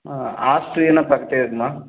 ஆ ஆஸ்பத்திரியெல்லாம் பக்கத்தில் இருக்குமா